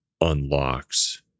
unlocks